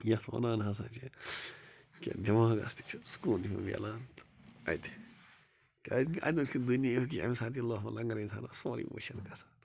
یَتھ ونان ہسا چھِ کہِ دیٚماغس چھُ سکوٗن ہیٛوٗ میٚلان اَتہِ کیٛازِ کہِ اَتیٚن چھُ دُنیہُک یہِ اَمہِ ساتہٕ لۅہ لنگر اِنسانس سورُے مٔشِتھ گژھان